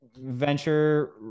venture